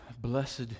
Blessed